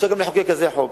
אפשר גם לחוקק כזה חוק.